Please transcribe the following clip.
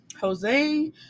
Jose